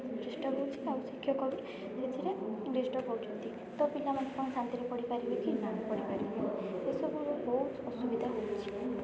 ବି ଚେଷ୍ଟା କରୁଛି ଆଉ ଶିକ୍ଷକ ବି ସେଥିରେ ଡିଷ୍ଟ୍ରବ୍ ହେଉଛନ୍ତି ତ ପିଲାମାନେ କ'ଣ ଶାନ୍ତିରେ ପଢ଼ି ପାରିବେ କି ନା ପାରିବେନି ଏସବୁର ବହୁତ ଅସୁବିଧା ହେଉଛି